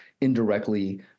indirectly